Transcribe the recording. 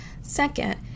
Second